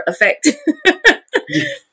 effect